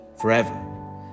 forever